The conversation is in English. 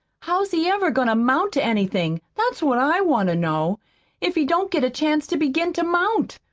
how's he ever goin' to mount to anything that's what i want to know if he don't get a chance to begin to mount?